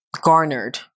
garnered